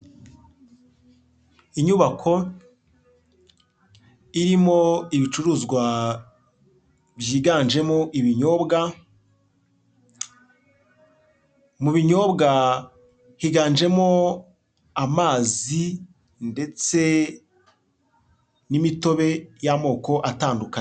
Inyubako, irimo ibicuruzwa, byiganjemo ibyobwa, mu binyobwa higanjemo amazi, ndetse n'imitobe, y'amoko atandukanye.